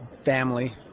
family